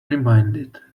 reminded